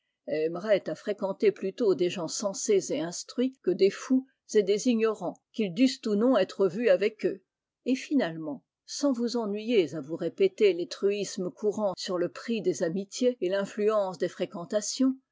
aimeraient à fréquenter p utôt des gens sensés et instruits que des fous et des ignorants qu'ils dussent ou non être vus avec eux et finalement sans vous ennuyer à vous répéterles truismes courants sur le prix des amitiés et l'influence des fréquentations